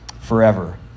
forever